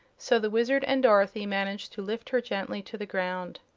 so the wizard and dorothy managed to lift her gently to the ground.